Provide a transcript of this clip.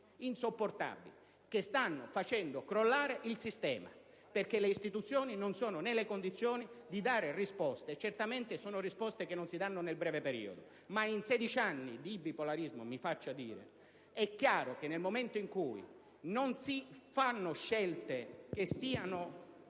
insopportabili, che stanno facendo crollare il sistema, perché le istituzioni non sono nelle condizioni di dare risposte, e certamente non sono risposte che si danno nel breve periodo. Dopo sedici anni di bipolarismo, mi faccia dire, è chiaro che, nel momento in cui non si fanno scelte che siano